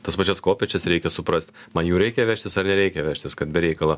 tas pačias kopėčias reikia suprast man jų reikia vežtis ar nereikia vežtis kad be reikalo